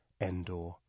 Endor